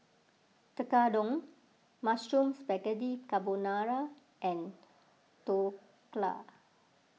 Tekkadon Mushroom Spaghetti Carbonara and Dhokla